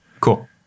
Cool